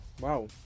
Wow